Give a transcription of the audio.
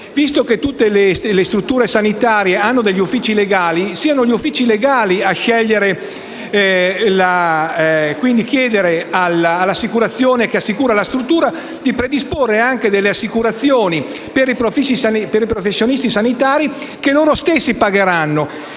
visto che tutte le strutture sanitarie hanno dei uffici legali, che siano questi a scegliere e a chiedere all'assicurazione che assicura la struttura di predisporre delle polizze per i professionisti sanitari (che loro stessi pagheranno).